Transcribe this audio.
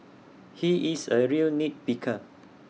he is A real nit picker